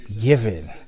given